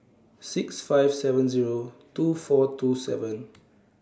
six five seven Zero two four two seven